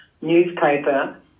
newspaper